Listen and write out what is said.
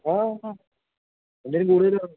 ആ ആ